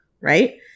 right